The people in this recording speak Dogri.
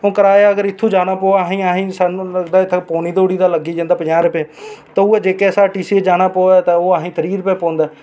ते हून किराया हून असेंगी जाना प'वै इत्थुआं लगदा ऐ पौनी धोड़ी दा लग्गी जंदा ऐ पंजाह् रपेऽ ते उ'ऐ जेकेएसआरटीसी जाना प'वै ते ओह् असेंगी त्रीह् रपेऽ पौंदा ऐ